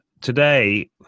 today